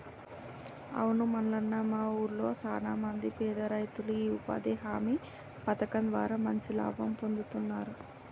అవును మల్లన్న మా ఊళ్లో సాన మంది పేద రైతులు ఈ ఉపాధి హామీ పథకం ద్వారా మంచి లాభం పొందుతున్నారు